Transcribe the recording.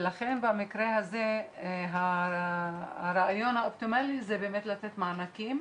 ולכן במקרה הזה הרעיון האופטימלי הוא לתת מענקים.